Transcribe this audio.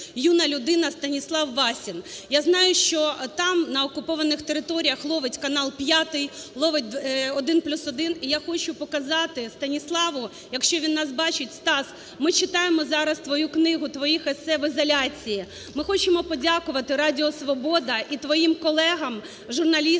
юна людина, Станіслав Васін. Я знаю, що там на окупованих територіях ловить "канал 5", ловить "1+1", і я хочу показати Станіславу, якщо він нас бачить. Стас, ми читаємо зараз твою книгу, твої ессе "В ізоляції". Ми хочемо подякувати Радіо Свобода і твоїм колегам